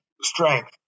strength